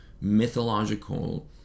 mythological